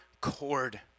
cord